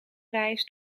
reis